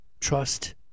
trust